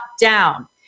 down